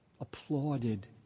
applauded